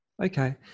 Okay